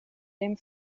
dem